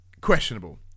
questionable